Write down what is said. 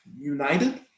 United